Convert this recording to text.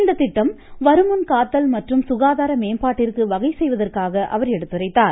இந்த திட்டம் வருமுன் காத்தல் மற்றும் சுகாதார மேம்பாட்டிற்கு வகை செய்வதாக அவர் எடுத்துரைத்தார்